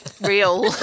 real